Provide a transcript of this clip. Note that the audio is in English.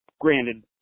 granted